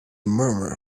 murmur